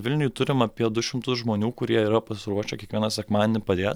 vilniuj turim apie du šimtus žmonių kurie yra pasiruošę kiekvieną sekmadienį padėt